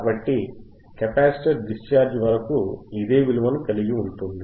కాబట్టి capacitor discharge వరకు ఇదే విలువను కలిగి ఉంటుంది